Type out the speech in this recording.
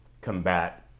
combat